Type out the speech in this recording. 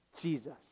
Jesus